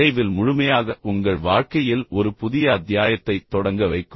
விரைவில் அல்லது பின்னர் முழுமையாக உங்கள் வாழ்க்கையில் ஒரு புதிய அத்தியாயத்தைத் தொடங்க வைக்கும்